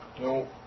No